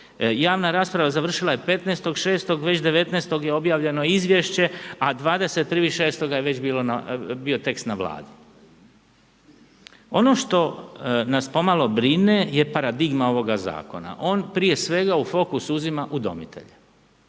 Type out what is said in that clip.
Javna rasprava je završila 15. 6. već 19. je objavljeno izviješće, a 21. 6. je već bio tekst na Vladi. Ono što nas po malo brine jest paradigma ovoga zakona. On prije svega u fokus uzima udomitelje,